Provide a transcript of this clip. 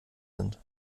sind